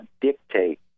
dictate